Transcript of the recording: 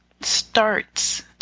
starts